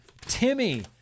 Timmy